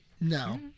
No